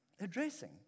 addressing